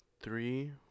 three